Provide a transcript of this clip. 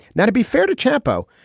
not to be fair to chapo.